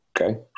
Okay